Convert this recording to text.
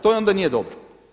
To onda nije dobro.